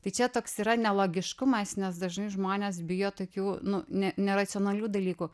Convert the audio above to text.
tai čia toks yra nelogiškumas nes dažnai žmonės bijo tokių nu ne neracionalių dalykų